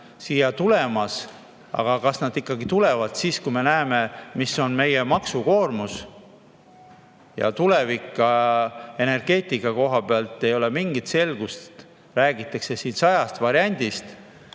siia tulemas. Aga kas nad ikkagi tulevad, kui me näeme, mis on meie maksukoormus ja energeetika tuleviku koha pealt ei ole mingit selgust? Räägitakse siin sajast variandist,